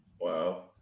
Wow